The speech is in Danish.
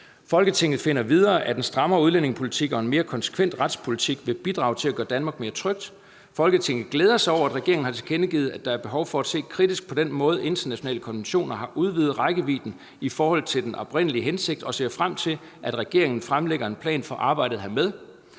Folketinget finder videre, at en strammere udlændingepolitik og en mere konsekvent retspolitik vil bidrage til at gøre Danmark mere trygt. Folketinget glæder sig over, at regeringen har tilkendegivet, at der er behov for at se kritisk på den måde, internationale konventioner har udvidet rækkevidden i forhold til den oprindelige hensigt, og ser frem til, at regeringen fremlægger en plan for arbejdet hermed.